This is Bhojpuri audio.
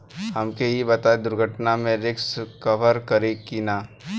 हमके ई बताईं दुर्घटना में रिस्क कभर करी कि ना?